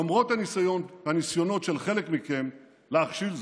למרות הניסיונות של חלק מכם להכשיל זאת.